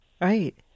Right